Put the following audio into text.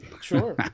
Sure